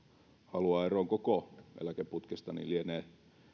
haluaa eroon koko eläkeputkesta lienee